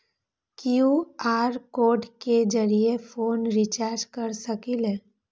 QR code के जरिय phone recharge कर सकली ह?